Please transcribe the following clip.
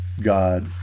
God